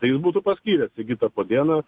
tai jis būtų paskyręs sigitą podėną